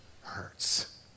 hurts